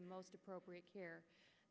the most appropriate care